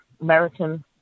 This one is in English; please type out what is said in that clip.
American